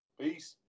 Peace